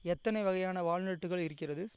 எத்தனை வகையான வால்நட்டுகள் இருக்கிறது